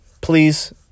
please